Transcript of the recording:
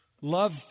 love